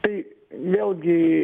tai vėlgi